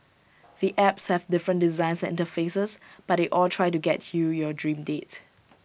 the apps have different designs and interfaces but they all try to get you your dream date